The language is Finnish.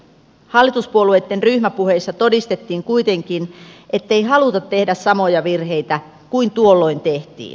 hallituspuolueitten ryhmäpuheissa todistettiin kuitenkin ettei haluta tehdä samoja virheitä kuin tuolloin tehtiin